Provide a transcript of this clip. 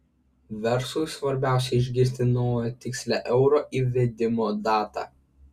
verslui svarbiausia išgirsti naują tikslią euro įvedimo datą